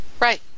Right